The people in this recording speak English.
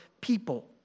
people